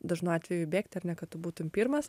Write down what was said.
dažnu atveju bėgti ar ne kad tu būtum pirmas